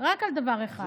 רק על דבר אחד.